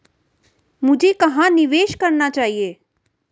मुझे कहां निवेश करना चाहिए?